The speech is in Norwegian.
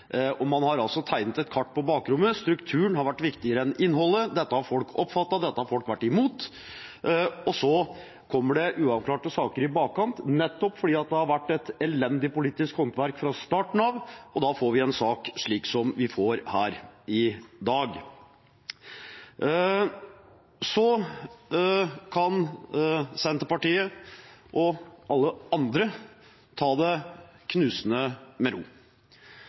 og man har altså tegnet et kart på bakrommet, strukturen har vært viktigere enn innholdet. Dette har folk oppfattet, og dette har folk vært imot. Så kommer det uavklarte saker i bakkant nettopp fordi det har vært et elendig politisk håndverk fra starten av, og da får vi en sak slik som vi får her i dag. Så kan Senterpartiet – og alle andre – ta det med knusende ro: